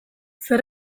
zer